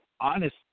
honest